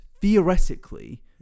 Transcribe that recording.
theoretically